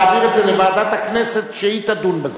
להעביר את זה לוועדת הכנסת שהיא תדון בזה,